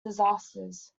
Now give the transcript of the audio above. disasters